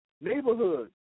neighborhood